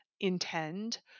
intend